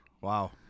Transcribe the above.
Wow